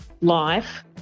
life